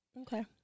Okay